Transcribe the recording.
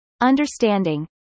understanding